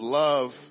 love